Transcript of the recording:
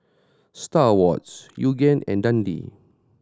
Star Awards Yoogane and Dundee